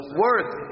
worth